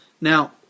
Now